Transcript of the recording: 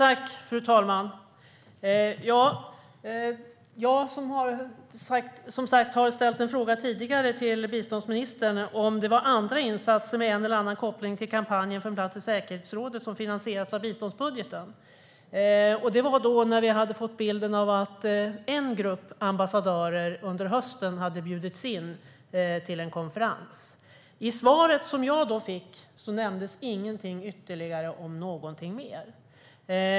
Fru talman! Jag har som sagt tidigare ställt en fråga till biståndsministern om andra insatser med en eller annan koppling till att kampanjen för en plats i säkerhetsrådet har finansierats av biståndsbudgeten. Det var när vi hade fått bilden av att en grupp ambassadörer under hösten hade bjudits in till en konferens. I det svar jag fick nämndes inget om något mer.